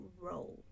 road